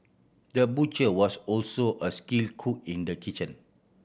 the butcher was also a skill cook in the kitchen